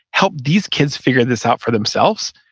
help these kids figure this out for themselves,